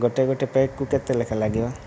ଗୋଟିଏ ଗୋଟିଏ ପ୍ଲେଟ୍କୁ କେତେ ଲେଖାଏଁ ଲାଗିବ